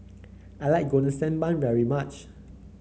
I like Golden Sand Bun very much